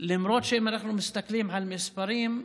למרות שאם אנחנו מסתכלים על מספרים,